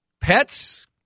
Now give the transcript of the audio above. pets